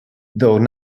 though